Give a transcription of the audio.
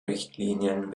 richtlinien